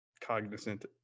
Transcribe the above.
cognizant